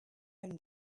own